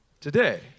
today